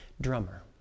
drummer